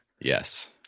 Yes